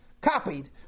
copied